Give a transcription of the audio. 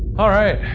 alright,